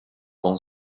own